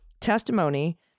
testimony